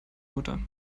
mutter